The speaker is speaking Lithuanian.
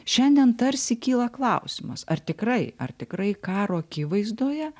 šiandien tarsi kyla klausimas ar tikrai ar tikrai karo akivaizdoje